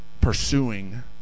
pursuing